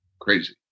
crazy